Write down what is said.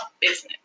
business